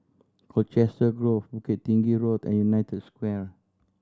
Colchester Grove Bukit Tinggi Road and United Square